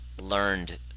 learned